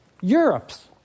Europe's